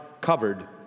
covered